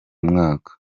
mwaka